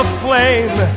Aflame